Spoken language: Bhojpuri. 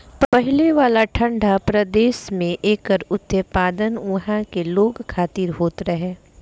पहिले वाला ठंडा प्रदेश में एकर उत्पादन उहा के लोग खातिर होत रहे